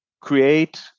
create